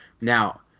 now